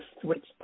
switch